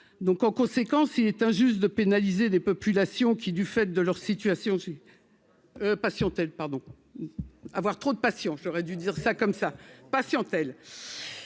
donc en conséquence il est injuste de pénaliser des populations qui, du fait de leur situation patiente pardon avoir trop de patients, j'aurais dû dire ça comme ça, patiente,